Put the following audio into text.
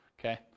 okay